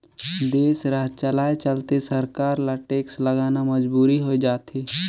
देस, राज चलाए चलते सरकार ल टेक्स लगाना मजबुरी होय जाथे